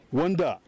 wanda